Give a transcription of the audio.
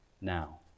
now